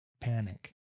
Panic